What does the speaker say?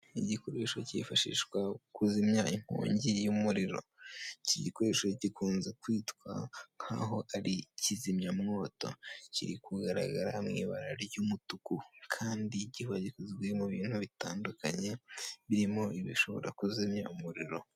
Igikoresho cyifashishwa mu kuzimya inkongi y'umuriro. Iki gikoresho gikunze kwitwa nkaho ari kizimyamwoto. Kiri kugaragara mu ibara ry'umutuku kandi kiba gikozwe mu bintu bitandukanye, birimo ibishobora kuzimya umuriro.